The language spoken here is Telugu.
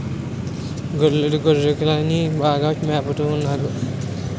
గొల్లోడు గొర్రెకిలని బాగా మేపత న్నాడు